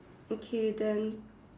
okay then